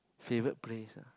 favourite place ah